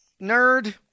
nerd